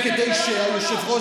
וכדי שהיושב-ראש,